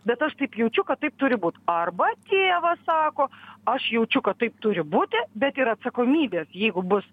bet aš taip jaučiu kad taip turi būt arba tėvas sako aš jaučiu kad taip turi būti bet ir atsakomybės jeigu bus